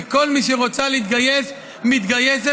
וכל מי שרוצה להתגייס מתגייסת.